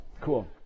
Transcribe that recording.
cool